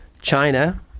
China